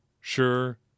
Sure